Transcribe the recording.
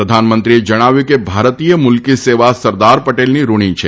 પ્રધાનમંત્રીએ જણાવ્યું હતું કે ભારતીય મુલકી સેવા સરદાર પટેલની ઋણી છે